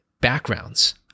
backgrounds